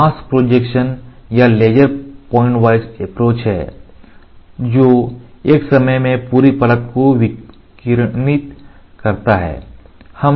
mask projection या layer wise approach हैं जो एक समय में पूरी परत को विकिरणित करता है